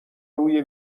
روی